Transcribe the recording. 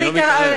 אני לא מתערב.